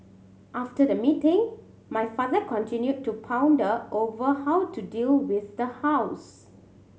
after the meeting my father continued to ponder over how to deal with the house